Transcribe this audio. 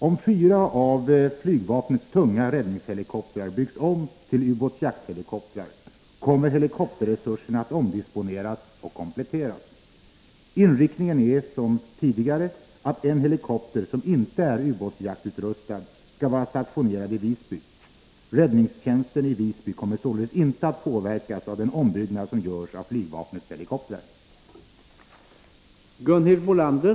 Om fyra av flygvapnets tunga räddningshelikoptrar byggs om till ubåtsjakthelikoptrar, kommer helikopterresurserna att omdisponeras och kompletteras. Inriktningen är som tidigare att en helikopter som inte är ubåtsjaktutrustad skall vara stationerad i Visby. Räddningstjänsten i Visby kommer således inte att påverkas av den ombyggnad som görs av flygvapnets helikoptrar.